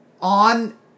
on